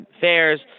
fairs